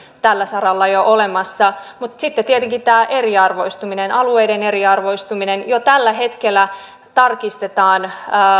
tällä saralla jo olemassa sitten on tietenkin tämä eriarvoistuminen alueiden eriarvoistuminen jo tällä hetkellä tarkistetaan